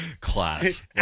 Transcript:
class